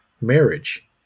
marriage